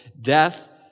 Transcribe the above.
death